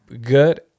good